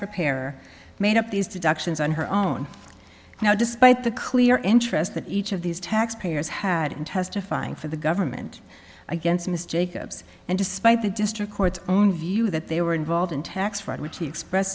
preparer made up these deductions on her own now despite the clear interest that each of these taxpayers had in testifying for the government against miss jacobs and despite the district court's own view that they were involved in tax fraud which he express